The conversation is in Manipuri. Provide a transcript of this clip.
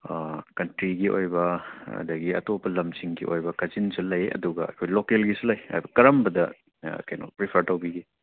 ꯀꯟꯇ꯭ꯔꯤꯒꯤ ꯑꯣꯏꯕ ꯑꯗꯨꯗꯒꯤ ꯑꯇꯣꯞꯄ ꯂꯝꯁꯤꯡꯒꯤ ꯑꯣꯏꯕ ꯀꯖꯤꯟꯁꯨ ꯂꯩ ꯑꯗꯨꯒ ꯂꯣꯀꯦꯜꯒꯤꯁꯨ ꯂꯩ ꯀꯔꯝꯕꯗ ꯀꯩꯅꯣ ꯄ꯭ꯔꯤꯐꯔ ꯇꯧꯕꯤꯒꯦ